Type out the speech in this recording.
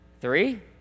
Three